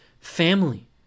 family